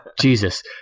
Jesus